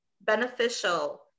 beneficial